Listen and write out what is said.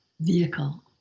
vehicle